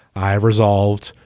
i have resolved,